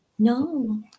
No